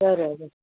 बरोबर